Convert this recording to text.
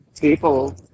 people